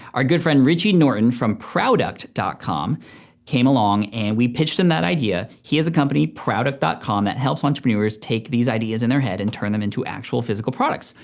our good friend richie norton from prouduct dot com came along and we pitched him that idea. he has a company, prouduct com, that helps entrepreneurs take these ideas in their head and turn them into actual physical products.